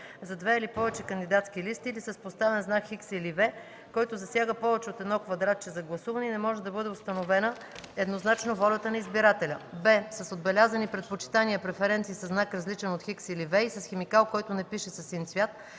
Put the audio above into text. за две или повече кандидатски листи или с поставен знак „Х” или „V”, който засяга повече от едно квадратче за гласуване и не може да бъде установена еднозначно волята на избирателя; б) с отбелязани предпочитания (преференции) със знак, различен от „Х” или „V”, и с химикал, който не пише със син цвят;